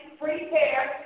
prepare